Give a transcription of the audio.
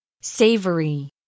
Savory